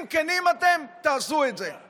אם כנים אתם, תעשו את זה.